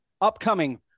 upcoming